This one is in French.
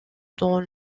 dans